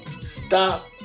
Stop